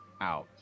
out